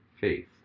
faith